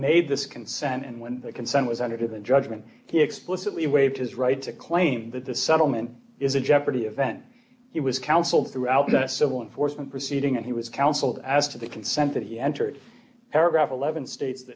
made this consent and when the consent was under the judgment he explicitly waived his right to claim that the settlement is in jeopardy event he was counseled throughout the civil enforcement proceeding and he was counseled as to the consent that he entered paragraph eleven states